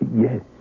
Yes